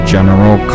General